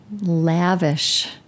lavish